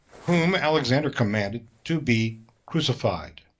whom alexander commanded to be crucified.